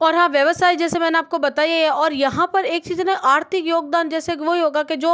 और हाँ व्यवसाय जैसे मैंने आपको बताई है और यहाँ पर एक चीज़ न आर्थिक योगदान जैसे वही होगा कि जो